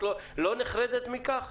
את לא נחרדת מכך?